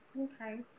Okay